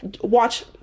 Watch